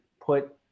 put